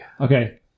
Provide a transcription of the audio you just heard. Okay